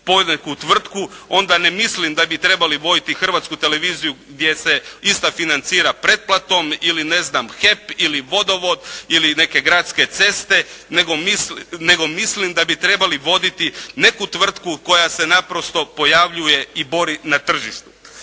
poneku tvrtku, onda ne mislim da bi trebali voditi "Hrvatsku televiziju" gdje se ista financira pretplatom ili "HEP" ili "Vodovod" ili neke "Gradske ceste", nego mislim da bi trebali voditi neku tvrtku koja se naprosto pojavljuje i bori na tržištu.